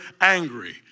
angry